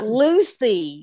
lucy